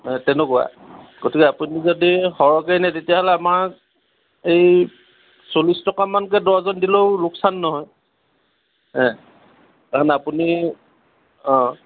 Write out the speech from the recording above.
তেনেকুৱা গতিকে আপুনি যদি সৰহকৈ নিয়ে তেতিয়াহ'লে আমাক এই চল্লিছ টকামানকে ডৰ্জন দিলেও লোকচান নহয় কাৰণ আপুনি অঁ